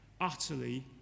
utterly